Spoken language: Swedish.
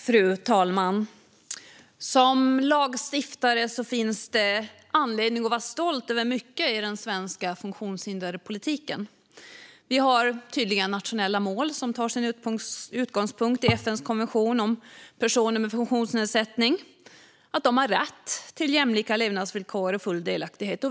Fru talman! Som lagstiftare finns det anledning att vara stolt över mycket i den svenska funktionshinderspolitiken. Vi har tydliga nationella mål som tar sin utgångspunkt i FN:s konvention om att personer med funktionsnedsättning har rätt till jämlika levnadsvillkor och full delaktighet.